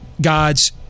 God's